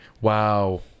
wow